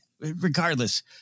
Regardless